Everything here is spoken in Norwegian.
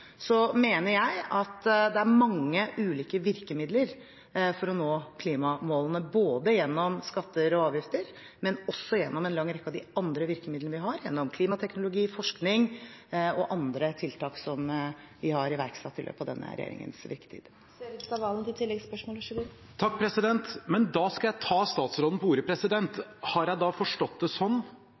mener jeg at det er mange ulike virkemidler for å nå klimamålene, gjennom skatter og avgifter, men også gjennom en lang rekke av de andre virkemidlene vi har, gjennom klimateknologi, forskning og andre tiltak som vi har iverksatt i løpet av denne regjeringens virketid. Men da skal jeg ta statsråden på ordet: Kan jeg da forstå det sånn